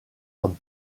comme